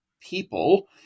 people